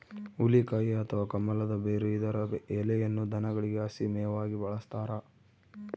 ಹುಲಿಕಾಯಿ ಅಥವಾ ಕಮಲದ ಬೇರು ಇದರ ಎಲೆಯನ್ನು ದನಗಳಿಗೆ ಹಸಿ ಮೇವಾಗಿ ಬಳಸ್ತಾರ